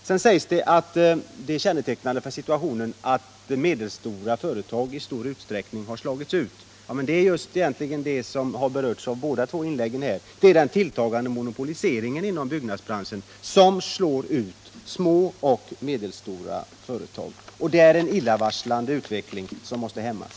Sedan sägs det att det är kännetecknande för situationen att mindre och medelstora företag i stor utsträckning har slagits ut. Men det är just vad som har berörts i båda inläggen här. Det är den tilltagande monopoliseringen inom byggnadsbranschen som slår ut små och medelstora företag, och det är en illavarslande utveckling som måste stoppas.